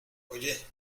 oye